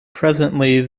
presently